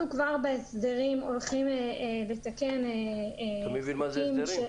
כבר בחוק ההסדרים אנחנו הולכים לתקן --- אתה מבין מה זה הסדרים...